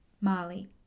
Molly